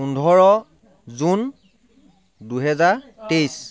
পোন্ধৰ জুন দুহেজাৰ তেইছ